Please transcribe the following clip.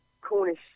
Cornish